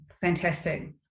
fantastic